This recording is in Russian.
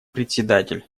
председатель